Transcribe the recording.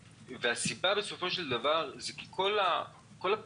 הסיבה בסופו של דבר היא כי כל הפעילות